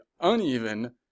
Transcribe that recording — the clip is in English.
uneven